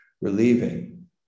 relieving